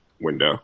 window